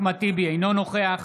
אינו נוכח